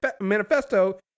manifesto